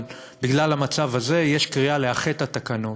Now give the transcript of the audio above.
אבל בגלל המצב הזה יש קריאה לאחד את התקנות.